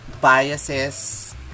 biases